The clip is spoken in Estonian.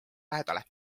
lähedale